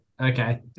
okay